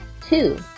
Two